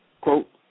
quote